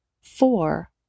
Four